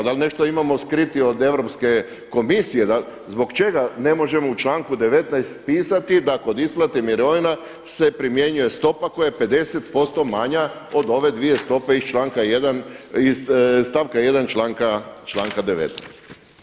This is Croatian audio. Dal nešto imamo skriti od Europske komisije, zbog čega ne možemo u članku 19. pisati da kod isplate mirovina se primjenjuje stopa koja je 50% manja od ove dvije stope iz stavka 1. članka 19.